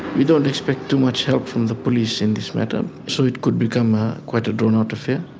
we don't expect too much help from the police in this matter, so it could become ah quite a drawn-out affair.